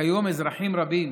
כיום אזרחים רבים